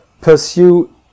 pursue